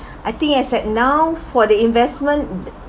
I think as at now for the investment mm uh